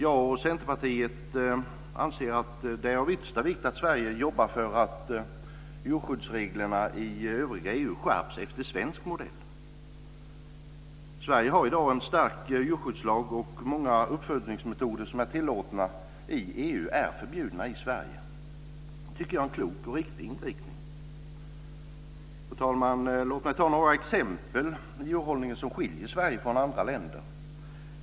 Jag och Centerpartiet anser att det är av yttersta vikt att Sverige jobbar för att djurskyddsreglerna i övriga EU skärps efter svensk modell. Sverige har i dag en stark djurskyddslag. Många uppfödningsmetoder som är tillåtna i EU är förbjudna i Sverige. Det tycker jag är en klok och riktig inriktning. Fru talman! Låt mig ta några exempel i djurhållningen som skiljer Sverige från andra länder.